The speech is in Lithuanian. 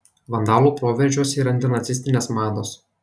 vandalų proveržiuose ir antinacistinės mados